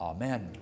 Amen